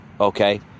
okay